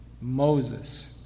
Moses